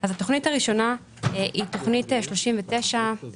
התוכנית הראשונה היא תוכנית 391101